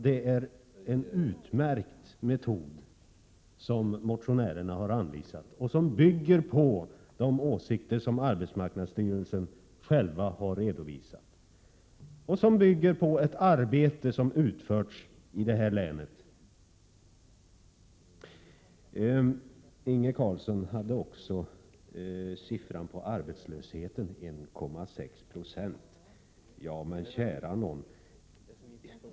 Det är en utmärkt metod som motionärerna har anvisat och som bygger på de åsikter som arbetsmarknadsstyrelsen själv har redovisat och på ett arbete som har utförts i länet. Inge Carlsson nämnde också arbetslöshetssiffran, 1,6 96. Ja, men kära nån!